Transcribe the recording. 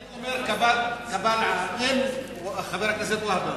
אני אומר שאם חבר הכנסת והבה